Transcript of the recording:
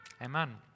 Amen